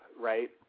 right